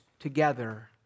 Together